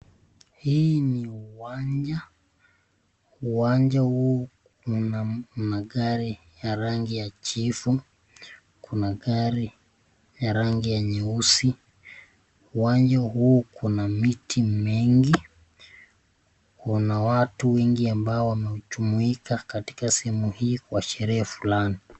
Hii ni uwanja, uwanja huu una magari ya rangi ya jivu, kuna gari ya rangi ya nyeusi. Uwanja huu kuna miti mingi, kuna watu wengi ambao wamejumuika katika sehemu hii kwa sherehe fulani.